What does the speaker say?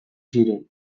ziren